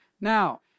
Now